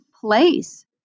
place